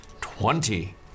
Twenty